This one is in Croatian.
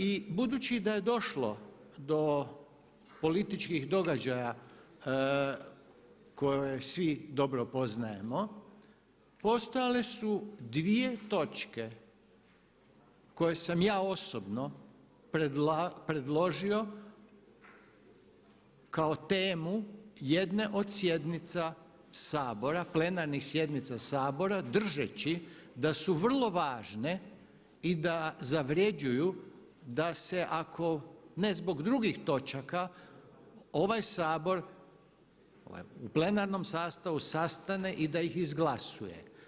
I budući da je došlo do političkih događaja koje svi dobro poznajemo postojale su dvije točke koje sam ja osobno predložio kao temu jedne od sjednice Sabora, plenarnih sjednica Sabora držeći da su vrlo važne i da zavređuju da se ako ne zbog drugih točaka ovaj Sabor, ovaj u plenarnom sastavu sastane i da ih izglasuje.